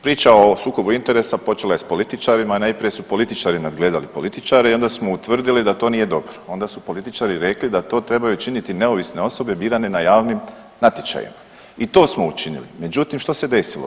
Priča o sukobu interesa počela je s političarima, a najprije su političari nadgledali političare i onda smo utvrdili da to nije dobro, onda su političari rekli da to trebaju činiti neovisne osobe birane na javnim natječajima i to smo učinili, međutim što se desilo?